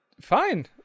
Fine